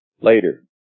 Later